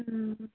ꯎꯝ